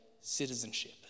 citizenship